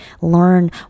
learn